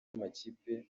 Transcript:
amakipe